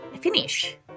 finish